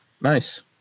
Nice